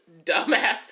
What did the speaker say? dumbass